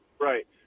right